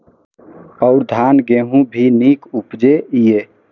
और धान गेहूँ भी निक उपजे ईय?